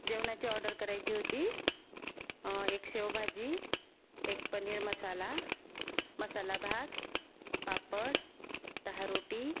जेवणाची ऑर्डर करायची होती एक शेवभाजी एक पनीर मसाला मसाला भात पापड दहा रोटी